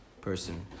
person